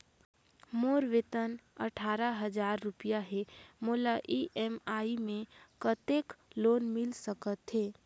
मोर वेतन अट्ठारह हजार रुपिया हे मोला ई.एम.आई मे कतेक लोन मिल सकथे?